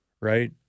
right